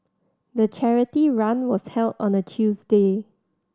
the charity run was held on a Tuesday